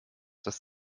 dass